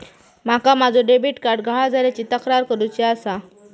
माका माझो debit card गहाळ झाल्याची तक्रार करुची आसा